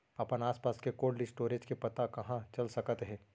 अपन आसपास के कोल्ड स्टोरेज के पता कहाँ चल सकत हे?